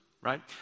right